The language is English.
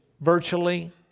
virtually